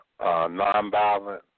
nonviolent